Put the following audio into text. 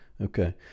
Okay